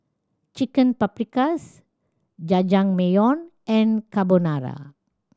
Chicken Paprikas Jajangmyeon and Carbonara